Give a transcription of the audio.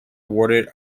awarded